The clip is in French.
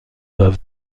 doivent